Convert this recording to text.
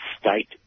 state